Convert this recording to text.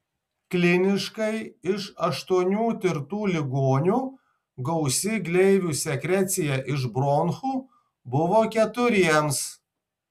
kliniškai iš aštuonių tirtų ligonių gausi gleivių sekrecija iš bronchų buvo keturiems